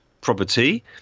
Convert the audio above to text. property